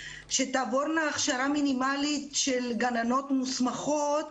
לעבור הכשרה מינימלית של גננות מוסמכות.